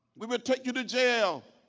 we will take you to jail.